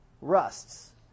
rusts